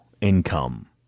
income